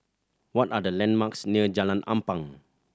what are the landmarks near Jalan Ampang